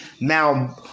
now